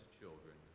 children